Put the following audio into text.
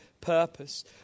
purpose